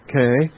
Okay